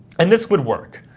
and this would work.